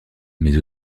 mais